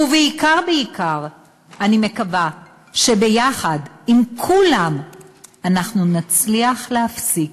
ובעיקר בעיקר אני מקווה שביחד עם כולם אנחנו נצליח להפסיק